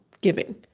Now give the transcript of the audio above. giving